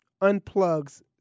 unplugs